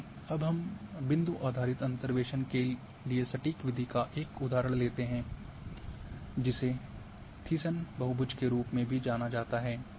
आइए हम बिंदु आधारित अंतर्वेसन के लिए सटीक विधि का एक उदाहरण लेते हैं जिसे थिसन बहुभुज के रूप में भी जाना जाता है